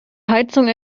heizung